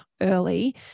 early